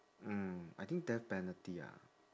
mm I think death penalty ah